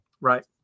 Right